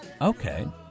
Okay